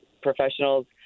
professionals